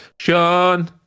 Sean